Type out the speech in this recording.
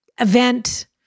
event